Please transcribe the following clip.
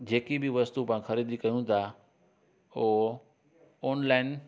जेकी बि वस्तू पा ख़रीदी कयूं था उहो ऑनलाइन